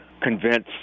convince